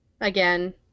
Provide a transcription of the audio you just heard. Again